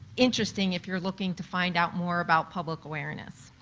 interesting if you're looking to find out more about public awareness.